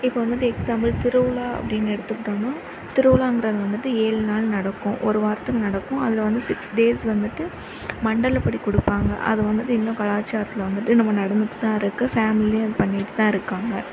இப்போ வந்துட்டு எக்ஸாம்பிள் திருவிழா அப்படின்னு எடுத்துக்கிட்டோம்னால் திருவிழாங்கிறது வந்துட்டு ஏழு நாள் நடக்கும் ஒரு வாரத்துக்கு நடக்கும் அதில் வந்து சிக்ஸ் டேஸ் வந்துட்டு மண்டல படி கொடுப்பாங்க அது வந்துட்டு இன்னும் கலாச்சாரத்தில் வந்துட்டு இன்னமும் நடந்துட்டு தான் இருக்குது ஃபேமிலியும் அது பண்ணிட்டு தான் இருக்காங்க